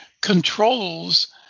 controls